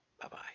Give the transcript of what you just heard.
Bye-bye